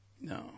No